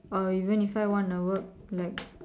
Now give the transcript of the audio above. or even if I want to work like